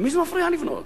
למי זה מפריע לבנות?